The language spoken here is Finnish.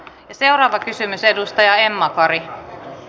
seuraava kysymys edustaja emma kari